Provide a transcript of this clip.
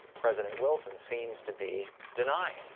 president wilson seems to be denying.